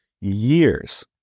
years